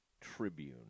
Tribune